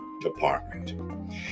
Department